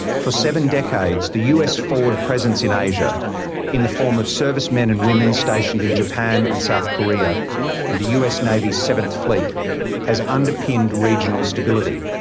for seven decades, decades, the us forward presence in asia in the form of servicemen and women stationed in japan and south korea and the us navy's seventh fleet has underpinned regional stability.